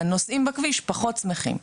הנוסעים בכביש פחות שמחים.